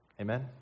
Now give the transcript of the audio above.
Amen